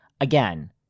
Again